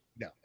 No